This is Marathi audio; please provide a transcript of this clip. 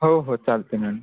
हो हो चालते मॅडम